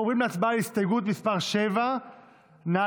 בעד,